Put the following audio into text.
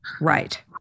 Right